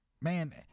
Man